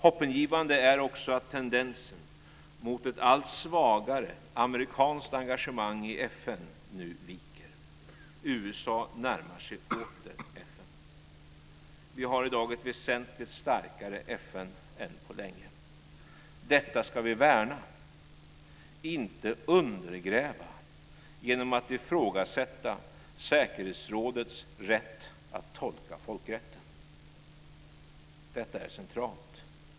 Hoppingivande är också att tendensen mot ett allt svagare amerikanskt engagemang i FN nu viker. USA närmar sig åter FN. Vi har i dag ett väsentligt starkare FN än på länge. Detta ska vi värna, inte undergräva genom att ifrågasätta säkerhetsrådets rätt att tolka folkrätten. Detta är centralt.